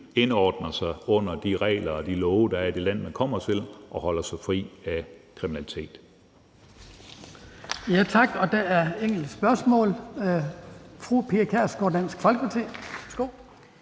selvfølgelig under de regler og de love, der er i Danmark, og holder sig fri af kriminalitet.